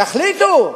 תחליטו,